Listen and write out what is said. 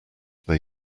they